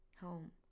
Home